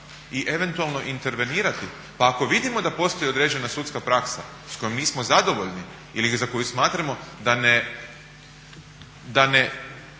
i eventualno intervenirati. Pa ako vidimo da postoji određena sudska praksa s kojom nismo zadovoljni ili za koju smatramo da nije